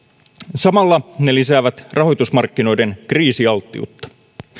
samalla ne lisäävät rahoitusmarkkinoiden kriisialttiutta